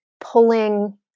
pulling